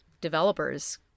developers